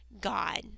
God